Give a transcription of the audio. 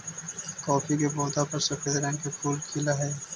coffee के पौधा पर सफेद रंग के फूल खिलऽ हई